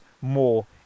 more